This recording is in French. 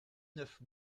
neuf